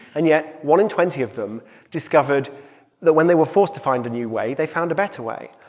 and yet one in twenty of them discovered that, when they were forced to find a new way, they found a better way.